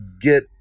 get